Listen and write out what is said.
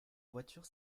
voiture